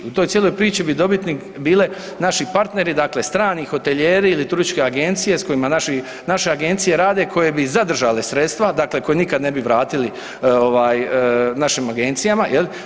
U toj cijeloj priči bi dobitnik bili naši partneri dakle strani hotelijeri ili turističke agencije s kojima naše agencije rade i koje bi zadržale sredstva dakle koja nikada ne bi vratili našim agencijama.